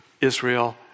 Israel